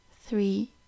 three